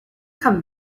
come